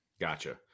Gotcha